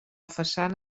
façana